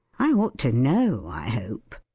i ought to know, i hope?